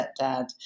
stepdad